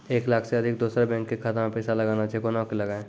एक लाख से अधिक दोसर बैंक के खाता मे पैसा लगाना छै कोना के लगाए?